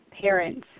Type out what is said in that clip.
parents